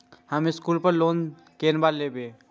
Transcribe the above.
हम स्कूल पर लोन केना लैब?